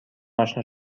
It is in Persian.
آشنا